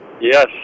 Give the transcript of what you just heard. Yes